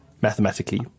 mathematically